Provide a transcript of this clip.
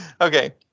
Okay